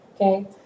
Okay